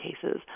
cases